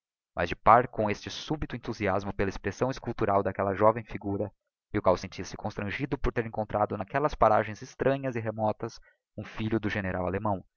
mas de par com este súbito enthusiasmo pela expressão esculptural d'aquella joven figura milkau sentía se constrangido por ter encontrado n'aquellas paragens extranhas e remotas um lilho de general allemão